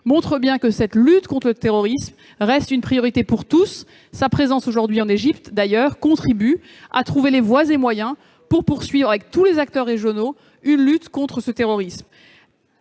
montrent bien que la lutte contre le terrorisme reste une priorité pour tous. Sa présence aujourd'hui en Égypte contribue d'ailleurs à trouver les voies et moyens pour poursuivre avec tous les acteurs régionaux la lutte contre le terrorisme.